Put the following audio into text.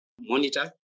monitor